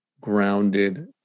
grounded